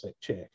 Check